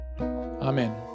amen